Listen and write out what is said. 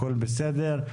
הכל בסדר.